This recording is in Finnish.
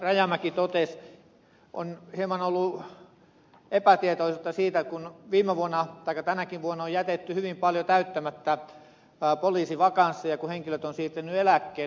rajamäki totesi on hieman ollut epätietoisuutta siitä kun viime vuonna taikka tänäkin vuonna on jätetty hyvin paljon täyttämättä poliisivakansseja kun henkilöt ovat siirtyneet eläkkeelle